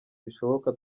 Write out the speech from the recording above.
bishoboka